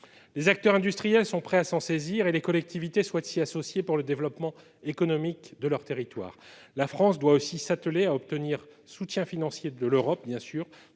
Les acteurs industriels sont prêts à s'en saisir et les collectivités souhaitent s'y associer pour le développement économique de leurs territoires. La France doit aussi s'atteler à obtenir un soutien financier de l'Europe, bien sûr,